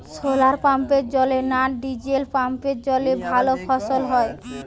শোলার পাম্পের জলে না ডিজেল পাম্পের জলে ভালো ফসল হয়?